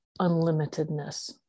unlimitedness